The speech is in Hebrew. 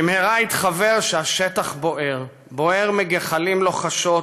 במהרה התחוור שהשטח בוער, בוער מגחלים לוחשות